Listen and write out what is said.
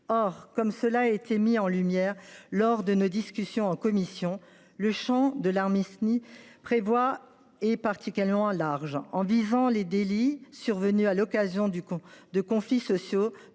Or, comme cela a été mis en lumière lors de nos discussions en commission, le champ de l’amnistie prévue par ce texte est particulièrement large. En visant les délits survenus « à l’occasion » de conflits sociaux,